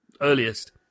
earliest